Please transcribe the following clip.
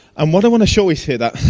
um what i wanna show is here that,